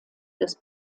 des